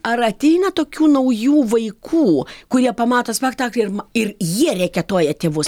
ar ateina tokių naujų vaikų kurie pamato spektaklį ir ir jie reketuoja tėvus